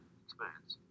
experience